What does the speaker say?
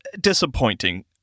disappointing